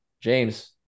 James